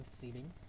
feeling